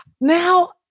Now